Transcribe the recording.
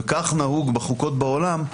וכך נהוג בחוקות בעולם,